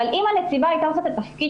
אבל אם הנציבה הייתה עושה את התפקיד